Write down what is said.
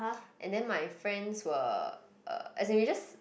and then my friends were uh as in we just